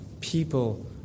people